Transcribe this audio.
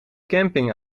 camping